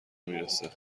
میرسه